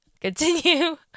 continue